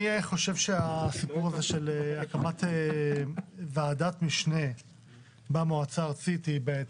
אני חושב שהסיפור הזה של הקמת ועדת משנה במועצה הארצית היא בעייתית.